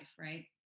right